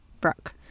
Brooke